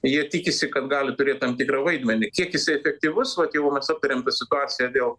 jie tikisi kad gali turėt tam tikrą vaidmenį kiek jisai efektyvus vat jau mes aptarėm tą situaciją dėl